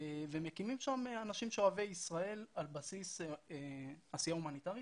ומקימים שם אנשים אוהבי ישראל על בסיס עשייה הומניטרית.